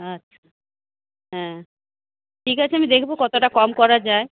আচ্ছা হ্যাঁ ঠিক আছে আমি দেখবো কতটা কম করা যায়